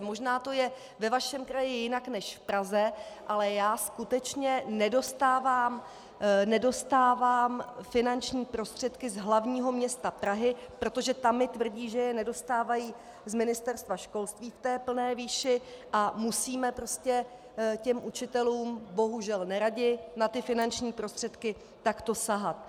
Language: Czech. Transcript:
Možná to je ve vašem kraji jinak než v Praze, ale já skutečně nedostávám finanční prostředky z hlavního města Prahy, protože tam mi tvrdí, že je nedostávají z Ministerstva školství v té plné výši a musíme prostě učitelům, bohužel neradi, na ty finanční prostředky takto sahat.